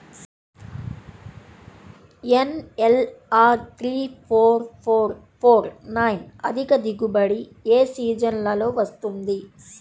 NLR three four four four nine అధిక దిగుబడి ఏ సీజన్లలో వస్తుంది?